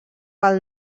pel